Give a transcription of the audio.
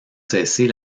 cesser